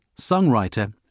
songwriter